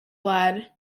lad